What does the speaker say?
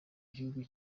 gihugu